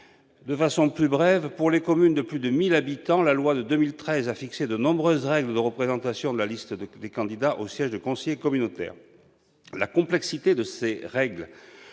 Jean-Pierre Grand. Pour les communes de plus de 1 000 habitants, la loi du 17 mai 2013 a fixé de nombreuses règles pour la présentation de la liste des candidats aux sièges de conseiller communautaire. La complexité de ces règles